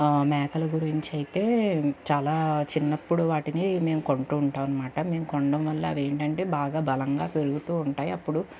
మేకల గురించి అయితే చాలా చిన్నప్పుడు వాటిని మేము కొంటూ ఉంటాం అనమాట మేము కొనడం వల్ల అది ఏంటంటే బాగా బలంగా పెరుగుతూ ఉంటాయి అప్పుడు